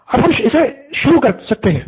pro बाला अब हम इससे शुरू कर सकते हैं